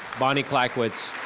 bonnie clackwoods.